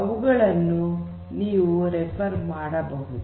ಅವುಗಳನ್ನು ನೀವು ರೆಫರ್ ಮಾಡಬಹುದು